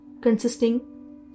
consisting